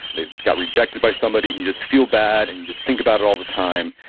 they got rejected by somebody, and you just feel bad and you just think about it all the time.